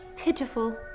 pitiful.